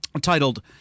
titled